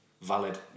valid